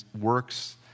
works